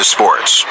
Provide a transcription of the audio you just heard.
Sports